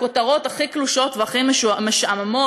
הכותרות הכי קלושות והכי משעממות.